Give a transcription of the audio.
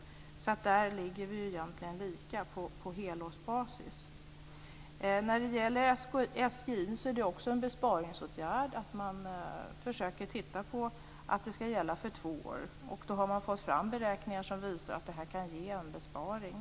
Där ligger vi egentligen lika på helårsbasis. När det gäller SGI:n är det en besparingsåtgärd att man försöker titta på att den ska gälla för två år. Man har fått fram beräkningar som visar att det här kan ge en besparing.